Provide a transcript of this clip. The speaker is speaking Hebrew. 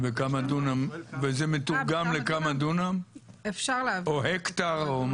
וזה מתורגם לכמה דונם או הקטאר?